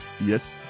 Yes